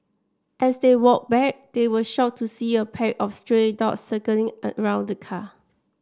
as they walked back they were shocked to see a pack of stray dogs circling around the car